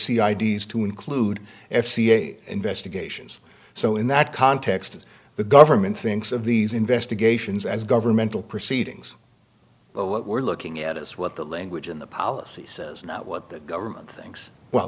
c ids to include f c a investigations so in that context the government thinks of these investigations as governmental proceedings but what we're looking at is what the language in the policy says not what the government thinks well